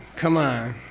come on!